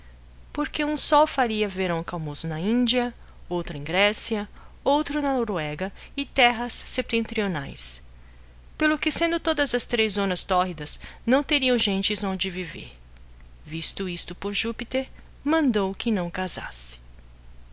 porque hum sol faria verão calmoso na índia outro em grécia outro na noruega e terras septentrionaes pelo que sendo todas as três zonas tórridas não terião gentes onde viver visto isto por lupiíer mandou que não casasse